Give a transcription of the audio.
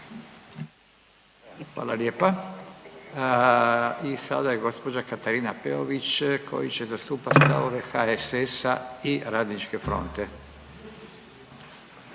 Hvala lijepa. I sada je gospođa Katarina Peović koje će zastupati stavove HSS-a i Radničke fronte.